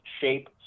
shape